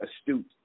astute